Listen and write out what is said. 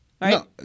no